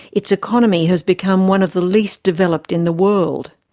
its economy has become one of the least developed in the world.